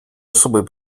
особый